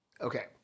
Okay